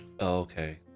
Okay